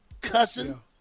Cussing